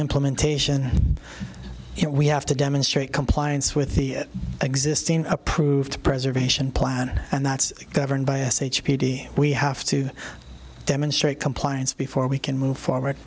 implementation we have to demonstrate compliance with the existing approved preservation plan and that's governed by sh p d we have to demonstrate compliance before we can move forward